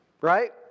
right